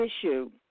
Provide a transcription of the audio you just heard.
issue